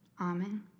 Amen